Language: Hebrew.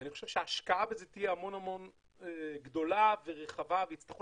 אני חושב שהשקעה בזה תהיה גדולה ורחבה ויצטרכו